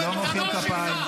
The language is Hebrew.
שעומד ומדבר מילים יפות,